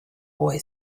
boy